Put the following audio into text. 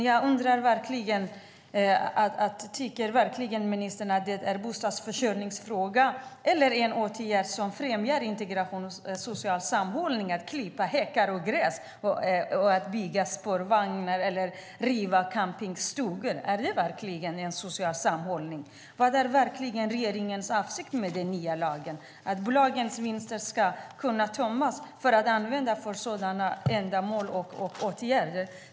Jag undrar: Tycker verkligen ministern att det är en bostadsförsörjningsfråga eller en åtgärd som främjar integration och social sammanhållning att klippa häckar och gräs och att bygga spårvägsterminaler eller riva campingstugor? Är det verkligen social sammanhållning? Var regeringens avsikt med den nya lagen verkligen att bolagen ska kunna tömmas och bolagens vinster användas till sådana ändamål och åtgärder?